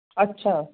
अछा